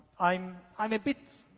i'm i'm a bit